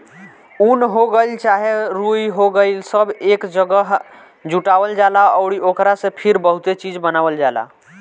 उन हो गइल चाहे रुई हो गइल सब एक जागह जुटावल जाला अउरी ओकरा से फिर बहुते चीज़ बनावल जाला